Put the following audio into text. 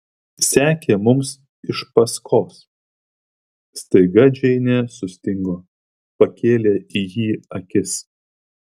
sekė mums iš paskos staiga džeinė sustingo pakėlė į jį akis